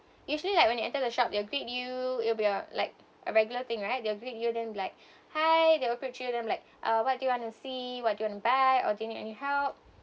usually like when you enter the shop they'll greet you it will be a like a regular thing right they'll greet you then be like hi they approach you then like uh what do you want to see what do you want to buy or do you need any help